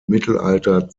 mittelalter